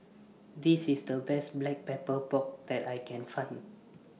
This IS The Best Black Pepper Pork that I Can Find